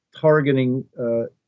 targeting